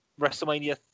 WrestleMania